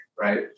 right